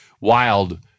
Wild